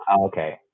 Okay